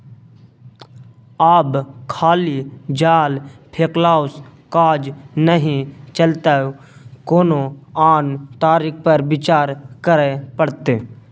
आब खाली जाल फेकलासँ काज नहि चलतौ कोनो आन तरीका पर विचार करय पड़त